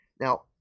Now